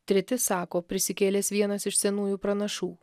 treti sako prisikėlęs vienas iš senųjų pranašų